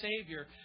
Savior